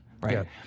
right